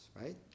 right